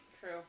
True